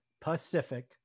Pacific